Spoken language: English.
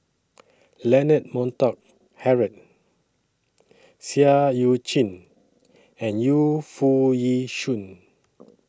Leonard Montague Harrod Seah EU Chin and Yu Foo Yee Shoon